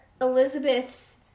Elizabeth's